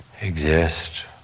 exist